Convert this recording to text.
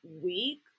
week